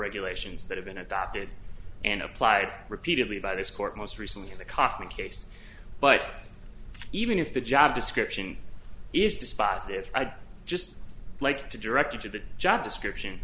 regulations that have been adopted and applied repeatedly by this court most recently the common case but even if the job description is dispositive i'd just like to direct you to the job description